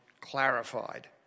clarified